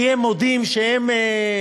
כי הם מודים שהם,